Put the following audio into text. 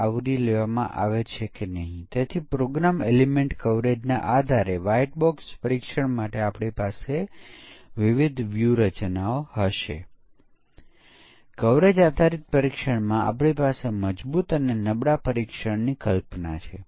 અને આ કારણોસર બ્લેક બોક્સ પરીક્ષણને ફંકશનલ પરીક્ષણ પણ કહેવામાં આવે છે